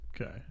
Okay